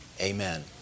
amen